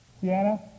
Sienna